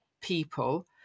people